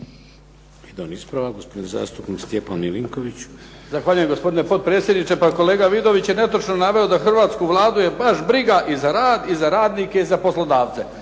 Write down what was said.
Jedan ispravak. Gospodin zastupnik Stjepan Milinković. **Milinković, Stjepan (HDZ)** Zahvaljujem, gospodine potpredsjedniče. Pa kolega Vidović je netočno naveo da hrvatsku Vladu je baš briga i za rad i za radnike i za poslodavce.